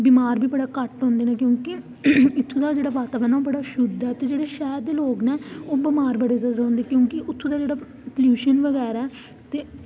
बमार बी बड़ा घट्ट होंदे न की के उत्थुआं जेह्ड़ा वातावरण ऐ ओह् बड़ा शुद्ध ऐ जेह्ड़े शैह्र दे लोग न ओह् बमार बड़े जल्दी होंदे क्योंकि उत्थें दा जेह्ड़ा प्लूशन बगैरा